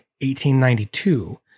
1892